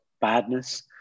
badness